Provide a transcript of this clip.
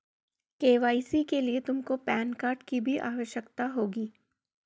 KYC के लिए तुमको पैन कार्ड की भी आवश्यकता होगी